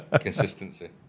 consistency